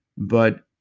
but